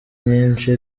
nyinshi